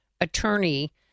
Attorney